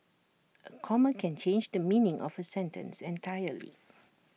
A comma can change the meaning of A sentence entirely